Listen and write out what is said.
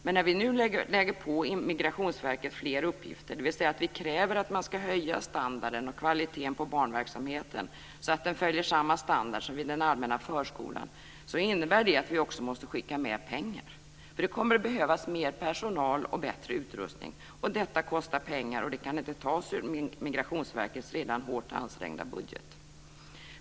Men när vi nu lägger på Migrationsverket fler uppgifter, dvs. att vi kräver att man ska höja standarden och kvaliteten på barnverksamheten så att den följer samma standard som vid den allmänna förskolan, så innebär det att vi också måste skicka med pengar, för det kommer att behövas mer personal och bättre utrustning. Och detta kostar pengar och det kan inte tas ur Migrationsverkets redan hårt ansträngda budget.